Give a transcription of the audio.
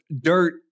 dirt